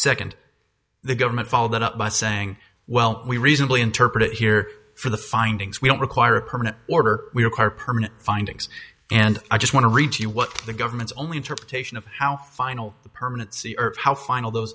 second the government followed that up by saying well we reasonably interpret it here for the findings we don't require a permanent order we require permanent findings and i just want to read you what the government's only interpretation of how final permanent c urch how final th